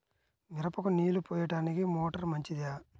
మిరపకు నీళ్ళు పోయడానికి మోటారు మంచిదా?